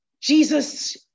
Jesus